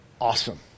awesome